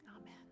Amen